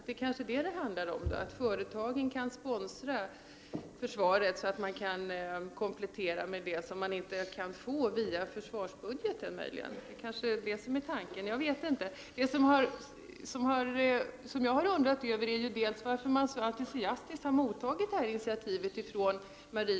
Det är kanske detta det handlar om, dvs. att företagen kan sponsra försvaret, så att försvaret på så sätt kan komplettera med sådant som det inte kan få via försvarsbudgeten. Det är kanske det som är tanken. Jag vet inte. Vad jag har undrat över är varför marinens egen ledning så entusiastiskt har mottagit detta initiativ.